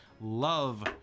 love